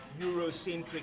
Eurocentric